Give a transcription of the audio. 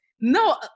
no